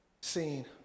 seen